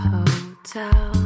Hotel